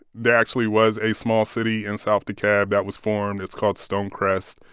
there actually was a small city in south dekalb that was formed. it's called stonecrest.